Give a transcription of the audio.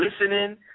listening